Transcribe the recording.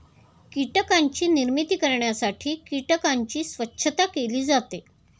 कीटकांची निर्मिती करण्यासाठी कीटकांची स्वच्छता केली जाते